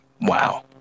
Wow